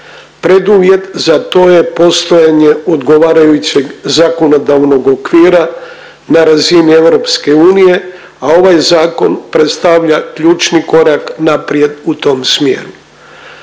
Preduvjet za to je postojanje odgovarajućeg zakonodavnog okvira na razini EU, a ovaj zakon predstavlja ključni korak naprijed u tom smjeru.